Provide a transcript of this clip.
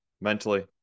mentally